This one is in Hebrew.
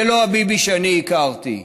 זה לא הביבי שאני הכרתי.